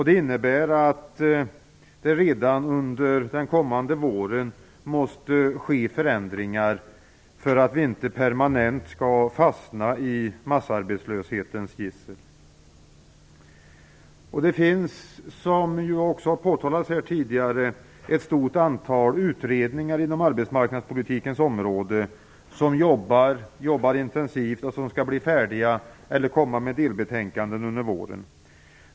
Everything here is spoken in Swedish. Det innebär att det redan under den kommande våren måste ske förändringar för att vi inte permanent skall fastna i massarbetslöshetens gissel. Det finns ett stort antal utredningar inom arbetsmarknadspolitikens område som arbetar intensivt och som skall komma med delbetänkanden under våren.